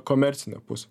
komercinę pusę